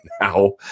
now